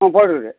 ஆ bore இருக்குது